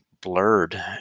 blurred